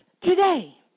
today